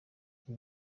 ibi